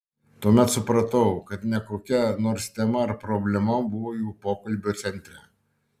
tuomet supratau kad ne kokia nors tema ar problema buvo jų pokalbio centre